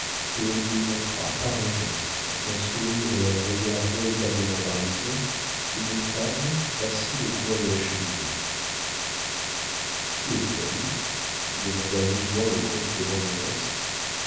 où elle lui montra par un geste un sourire et un regard véritablement parisiens une femme assise au coin de la cheminée qui est-elle demanda vivement le comte de vandenesse une femme de